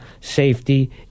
Safety